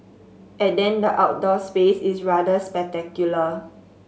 and then the outdoor space is rather spectacular